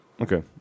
Okay